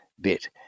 bit